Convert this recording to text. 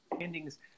endings